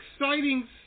exciting